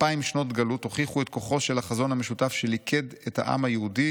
אלפיים שנות גלות הוכיחו את כוחו של החזון המשותף שליכד את העם היהודי